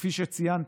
כפי שציינתי,